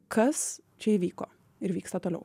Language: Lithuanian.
kas čia įvyko ir vyksta toliau